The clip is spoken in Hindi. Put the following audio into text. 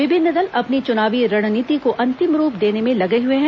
विभिन्न दल अपनी चुनावी रणनीति को अंतिम रूप देने में लगे हुए हैं